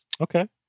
Okay